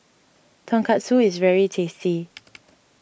Tonkatsu is very tasty